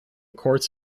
courts